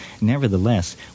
nevertheless